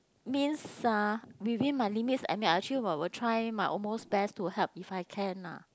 means uh within my limits I mean I actually will will try my almost best to help if I can lah